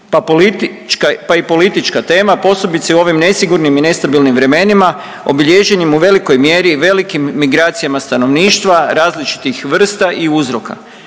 pa i politička tema posebice u ovim nesigurnim i nestabilnim vremenima obilježenim u velikoj mjeri velikim migracijama stanovništva različitih vrsta i uzroka.